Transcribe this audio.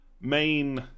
main